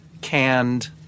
canned